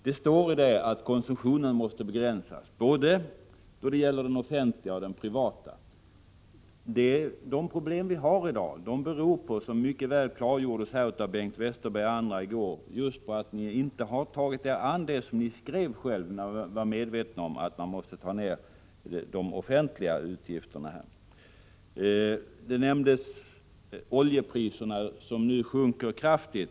Det står där att konsumtionen måste begränsas, både den offentliga och den privata. De problem vi har i dag beror, som mycket väl klargjordes av Bengt Westerberg och andra här i går, just på att ni inte har gripit er an det som ni själva skrev om. Ni var ju medvetna om att man måste ta ner de offentliga utgifterna. Här nämndes oljepriserna, som nu sjunker kraftigt.